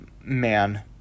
man